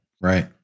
Right